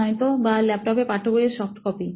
নয়তো বা ল্যাপটপে পাঠ্যবই এর সফ্ট কপি